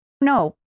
no